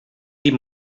dit